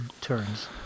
turns